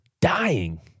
dying